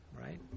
right